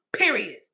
Period